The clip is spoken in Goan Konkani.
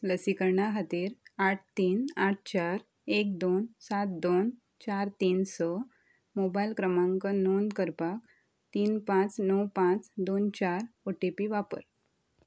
लसीकरणा खातीर आठ तीन आठ चार एक दोन सात दोन चार तीन स मोबायल क्रमांक नोंद करपाक तीन पांच णव पांच दोन चार ओ टी पी वापर